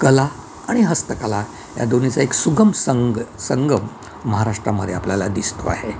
कला आणि हस्तकला या दोन्हींचा एक सुगम संघ संगम महाराष्ट्रामध्ये आपल्याला दिसतो आहे